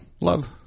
love